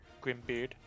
Grimbeard